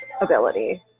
ability